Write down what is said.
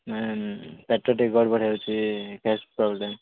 ma'am ପେଟ ଟିକେ ଗଡ଼ବଡ଼ ହେଉଛି ଗ୍ୟାସ୍ ପ୍ରୋବ୍ଲେମ୍